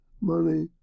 money